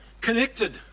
connected